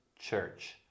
church